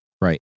Right